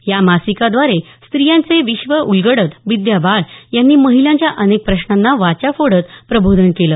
या मासिकाद्वारे स्त्रियांचे विश्व उलगडत विद्या बाळ यांनी महिलांच्या अनेक प्रश्नांना वाचा फोडत प्रबोधन केलं